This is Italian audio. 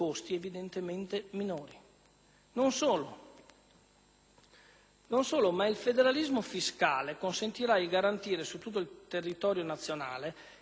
Non solo: il federalismo fiscale consentirà di garantire su tutto il territorio nazionale i livelli essenziali di servizi.